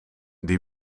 die